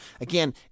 Again